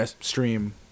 stream